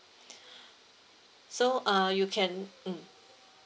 so uh you can mm